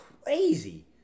crazy